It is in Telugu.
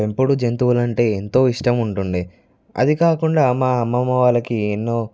పెంపుడు జంతువులు అంటే ఎంతో ఇష్టం ఉంటుండే అది కాకుండా మా అమ్మమ్మ వాళ్ళకి ఎన్నో